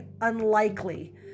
unlikely